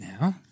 now